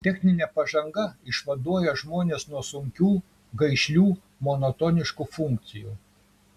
techninė pažanga išvaduoja žmones nuo sunkių gaišlių monotoniškų funkcijų